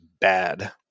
bad